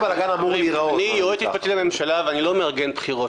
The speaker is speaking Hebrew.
אני יועץ משפטי לממשלה ואני לא מארגן בחירות.